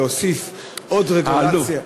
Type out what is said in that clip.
להוסיף עוד רגולציה,